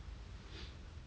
just for my face you know